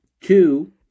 Two